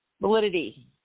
validity